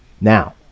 Now